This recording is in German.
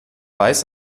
weiß